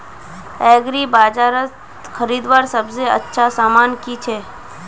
एग्रीबाजारोत खरीदवार सबसे अच्छा सामान की छे?